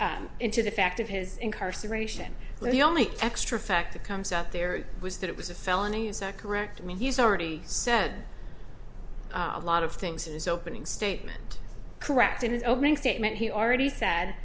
his into the fact of his incarceration the only extra fact that comes out there was that it was a felony secor act i mean he's already said a lot of things in his opening statement correct in his opening statement he already said